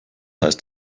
heißt